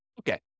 Okay